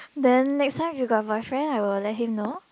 then next time if you got boyfriend I will let him know